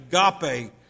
agape